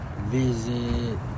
Visit